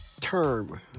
term